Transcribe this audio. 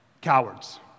Cowards